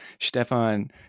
Stefan